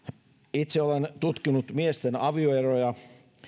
itse olen tutkinut miesten avioeroja